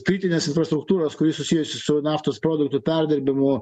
kritinės infrastruktūros kuri susijusi su naftos produktų perdirbimu